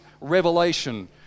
revelation